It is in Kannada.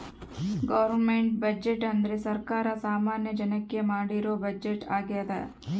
ಗವರ್ನಮೆಂಟ್ ಬಜೆಟ್ ಅಂದ್ರೆ ಸರ್ಕಾರ ಸಾಮಾನ್ಯ ಜನಕ್ಕೆ ಮಾಡಿರೋ ಬಜೆಟ್ ಆಗ್ಯದ